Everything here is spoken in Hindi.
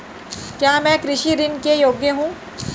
क्या मैं कृषि ऋण के योग्य हूँ?